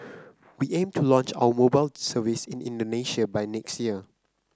we aim to launch our mobile service in Indonesia by next year